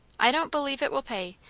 i don't believe it will pay,